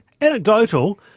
anecdotal